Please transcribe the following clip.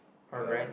alright